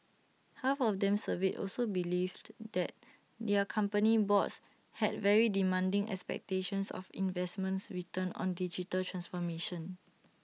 half of them surveyed also believed that their company boards had very demanding expectations of investments returns on digital transformation